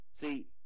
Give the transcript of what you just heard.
See